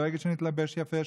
דואגת שנתלבש יפה,